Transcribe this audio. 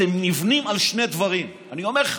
אתם נבנים על שני דברים, אני אומר לך,